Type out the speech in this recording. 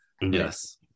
Yes